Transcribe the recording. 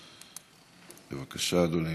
בבקשה, אדוני.